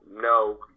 No